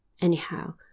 anyhow